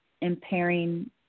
impairing